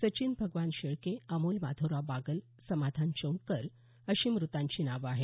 संचिन भगवान शेळके अमोल माधवराव बागल समाधान चौंडकर अशी मृतांची नाव आहेत